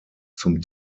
zum